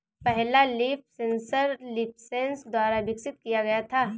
पहला leaf sensor Leafsense द्वारा विकसित किया गया था